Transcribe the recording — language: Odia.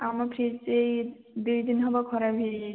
ଆମ ଫ୍ରିଜ୍ ଏଇ ଦୁଇ ଦିନ ହେବ ଖରାପ ହୋଇଯାଇଛି